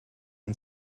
and